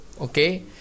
okay